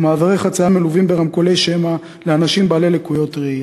ומעברי חציה מלווים ברמקולי שמע לאנשים בעלי לקויות ראייה.